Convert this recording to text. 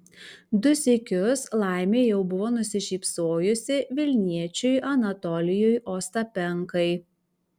du sykius laimė jau buvo nusišypsojusi vilniečiui anatolijui ostapenkai